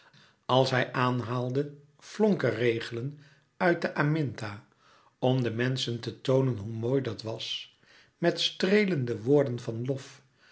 als hij aanhaalde flonkerregelen uit de aminta om den menschen te toonen hoe mooi dat was met streelende woorden van lof